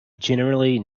generally